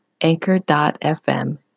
anchor.fm